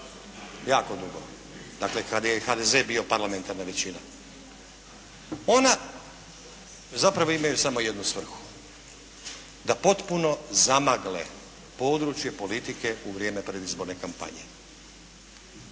jako dugo. Dakle kad je HDZ bio parlamentarna većina. Ona zapravo imaju samo jednu svrhu. Da potpuno zamagle područje politike u vrijeme predizborne kampanje.